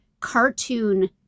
cartoon